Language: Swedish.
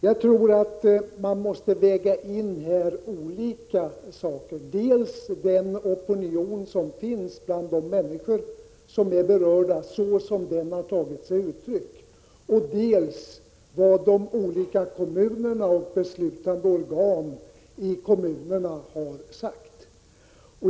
Det är olika saker som måste vägas in, dels den opinion bland de människor som är berörda såsom den har tagit sig uttryck, dels vad de olika kommunerna och beslutande organen i kommunerna har sagt.